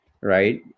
right